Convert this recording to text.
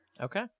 Okay